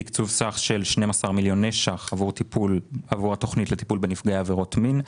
תקצוב סך של 12 מיליוני שקלים עבור התוכנית לטיפול בנפגעי עבירות מין,